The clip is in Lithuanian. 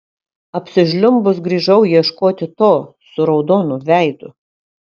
apsižliumbus grįžau ieškoti to su raudonu veidu